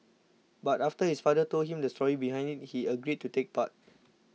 but after his father told him the story behind it he agreed to take part